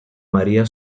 maría